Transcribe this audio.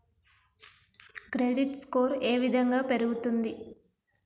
Credit score ఏ విధంగా పెరుగుతుంది?